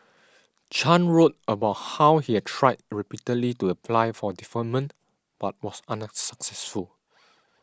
Chan wrote about how he had tried repeatedly to apply for deferment but was unsuccessful